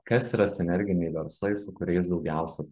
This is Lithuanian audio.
kas yra sinerginiai verslai su kuriais daugiausia